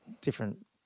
different